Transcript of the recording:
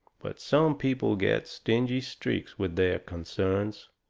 but some people get stingy streaks with their concerns.